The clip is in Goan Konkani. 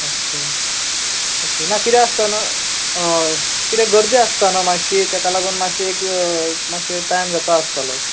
ओके ना कितें आसता जाणा हय कित्याक गर्दी आसता न्हू मातशी ताका लागून मातशे एक मातशे टायम जाता आसतलो